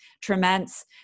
tremendous